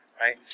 right